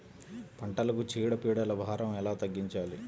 పంటలకు చీడ పీడల భారం ఎలా తగ్గించాలి?